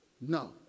No